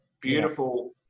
beautiful